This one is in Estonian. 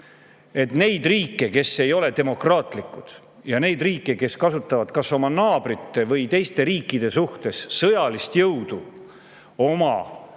et neid riike, kes ei ole demokraatlikud, ja neid riike, kes kasutavad kas oma naabrite või teiste riikide suhtes sõjalist jõudu oma huvide